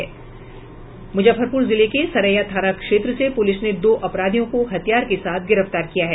मुजफ्फरपुर जिले के सरैया थाना क्षेत्र से पुलिस ने दो अपराधियों को हथियार के साथ गिरफ्तार किया है